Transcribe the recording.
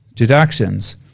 deductions